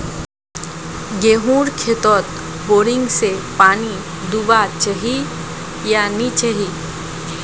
गेँहूर खेतोत बोरिंग से पानी दुबा चही या नी चही?